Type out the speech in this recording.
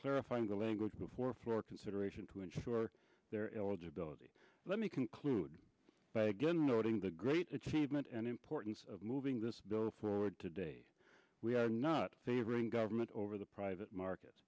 clarifying the language before for consideration to ensure their eligibility let me conclude by again noting the great achievement and importance of moving this bill forward today we are not favoring government over the private market